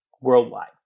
worldwide